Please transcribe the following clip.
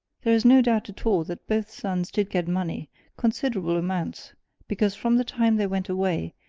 there is no doubt at all that both sons did get money considerable amounts because from the time they went away,